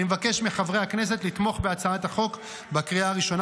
אני מבקש מחברי הכנסת לתמוך בהצעת החוק בקריאה הראשונה